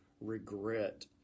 regret